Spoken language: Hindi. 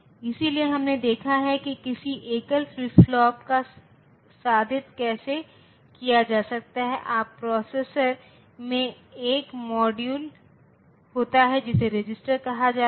इसलिए हमने देखा है कि किसी एकल फ्लिप फ्लॉप का साधित कैसे किया जाता है अब प्रोसेसर में एक मॉड्यूल होता है जिसे रजिस्टर कहा जाता है